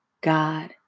God